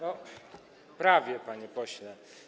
No prawie, panie pośle.